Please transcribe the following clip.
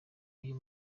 uyu